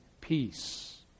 peace